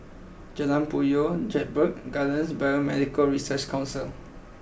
Jalan Puyoh Jedburgh Gardens and Biomedical Research Council